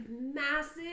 massive